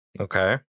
Okay